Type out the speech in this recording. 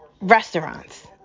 restaurants